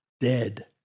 Dead